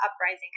uprising